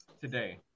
today